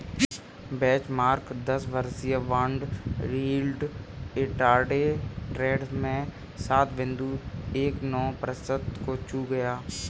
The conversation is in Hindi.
बेंचमार्क दस वर्षीय बॉन्ड यील्ड इंट्राडे ट्रेड में सात बिंदु एक नौ प्रतिशत को छू गया